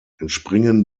entspringen